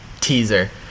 teaser